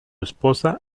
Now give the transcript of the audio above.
esposa